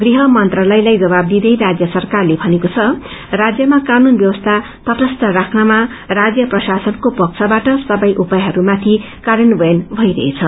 गृह मन्त्रालयलाई जवाब दिँदै राज्य सरकारले भनेको छ राज्यमा कानून व्यवस्था तटस्थ राख्नमा राज्य प्रशासनको पक्षवाट सबै उपायहरूमाथि कार्यान्वयन भइरहेछ